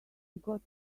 got